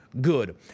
good